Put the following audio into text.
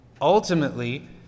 Ultimately